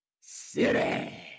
city